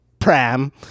Pram